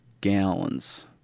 gallons